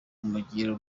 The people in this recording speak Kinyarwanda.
kumugira